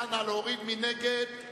מי נגד?